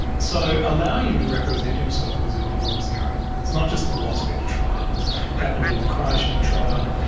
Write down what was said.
so allowing him to represent himself was an enormous error, and it's not just the milosevic trial, it's happened in the krajisnik trial,